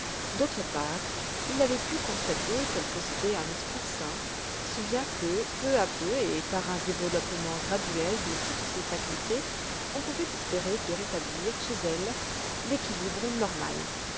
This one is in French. d'autre part il avait pu constater qu'elle possédait un esprit sain si bien que peu à peu et par un développement graduel de toutes ses facultés on pouvait espérer de rétablir chez elle l'équilibre normal